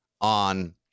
on